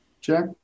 Jack